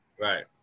Right